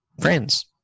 friends